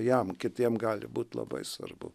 jam kitiem gali būt labai svarbu